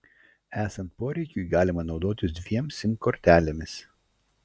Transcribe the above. esant poreikiui galima naudotis dviem sim kortelėmis